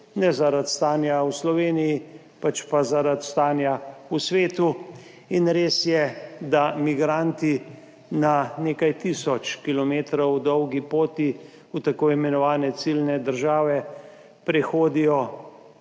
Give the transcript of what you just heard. ne zaradi stanja v Sloveniji, pač pa zaradi stanja v svetu. In res je, da migranti na nekaj tisoč kilometrov dolgi poti v t. i. ciljne države prehodijo,